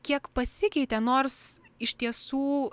kiek pasikeitė nors iš tiesų